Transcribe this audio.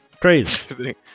Crazy